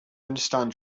understand